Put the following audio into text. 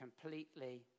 completely